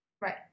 Right